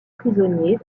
prisonniers